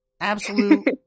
absolute